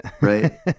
Right